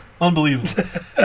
Unbelievable